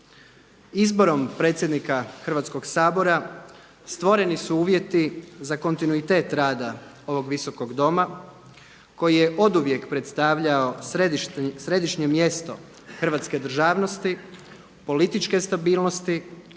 Izborom predsjednika Hrvatskog sabora stvoreni su uvjeti za kontinuitet rada ovog Visokog doma koji je oduvijek predstavljao središnje mjesto hrvatske državnosti, političke stabilnosti